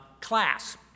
class